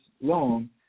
long